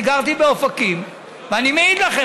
אני גרתי באופקים ואני מעיד לכם.